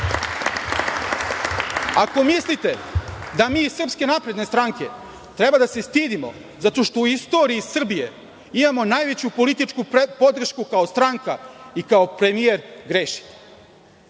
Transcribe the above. mislite da mi iz SNS treba da se stidimo zato što u istoriji Srbiji imamo najveću političku podršku, kao stranka i kao premijer, grešite.